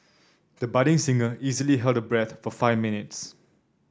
the budding singer easily held her breath for five minutes